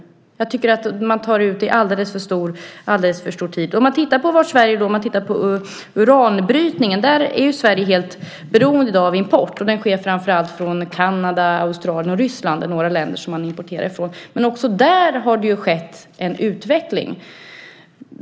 Jag tycker att man tar ut den alldeles för tidigt. När det gäller uranbrytningen är ju Sverige i dag helt beroende av import. Kanada, Australien och Ryssland är några av de länder som vi importerar från. Men också där har det ju skett en utveckling.